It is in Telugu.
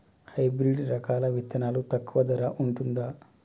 హైబ్రిడ్ రకాల విత్తనాలు తక్కువ ధర ఉంటుందా?